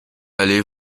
allé